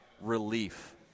relief